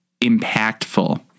impactful